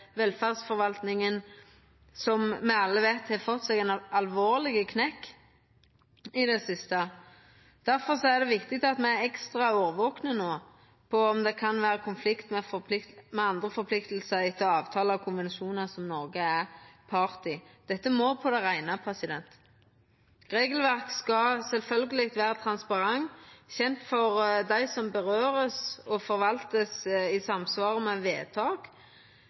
velferdsforvaltninga har, som me alle veit, fått seg ein alvorleg knekk i det siste. Difor er det viktig at me er ekstra årvakne no på om dette kan vera i konflikt med andre forpliktingar etter avtalar og konvensjonar som Noreg er part i. Dette må me få på det reine. Regelverk skal sjølvsagt vera transparente, kjende for dei det gjeld, og forvaltast i samsvar med vedtak.